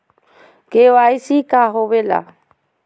KYC का होवेला?